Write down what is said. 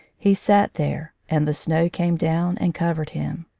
he sat there, and the snow came down and covered him.